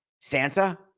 Santa